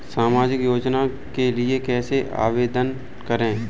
सामाजिक योजना के लिए कैसे आवेदन करें?